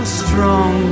strong